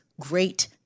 great